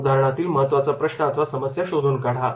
उदाहरणातील महत्त्वाचा प्रश्न अथवा समस्या शोधून काढा